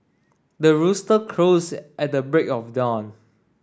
the rooster crows at the break of dawn